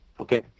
Okay